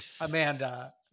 Amanda